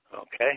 Okay